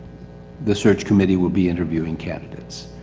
the search committee would be interviewing capitas.